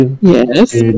Yes